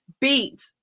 beat